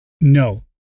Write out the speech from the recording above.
no